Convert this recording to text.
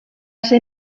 ser